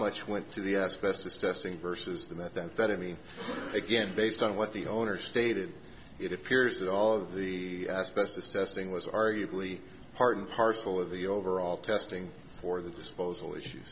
much went to the asbestos testing versus the methamphetamine again based on what the owner stated it appears that all of the asbestos testing was arguably part and parcel of the overall testing for the disposal issue